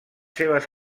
seves